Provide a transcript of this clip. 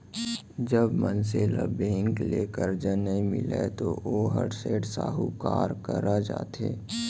जब मनसे ल बेंक ले करजा नइ मिलय तो वोहर सेठ, साहूकार करा जाथे